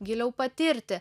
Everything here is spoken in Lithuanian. giliau patirti